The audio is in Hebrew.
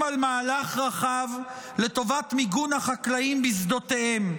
על מהלך רחב לטובת מיגון החקלאים בשדותיהם?